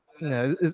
no